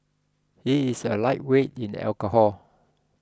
he is a lightweight in alcohol